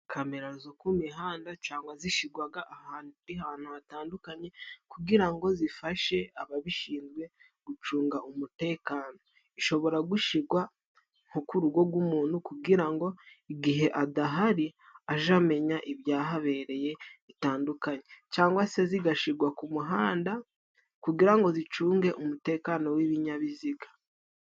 Kamera zo ku mihanda cangwa zishigwaga ahandi hantu hatandukanye kugira ngo zifashe ababishinzwe gucunga umutekano, ishobora gushigwa nko ku rugo gw'umuntu kugira ngo igihe adahari aje amenya ibyahabereye bitandukanye cangwa se zigashigwa ku muhanda kugira ngo zicunge umutekano w'ibinyabiziga.